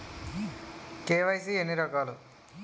KYC ఎన్ని రకాలు?